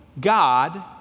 God